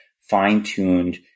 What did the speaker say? fine-tuned